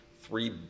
three